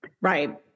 Right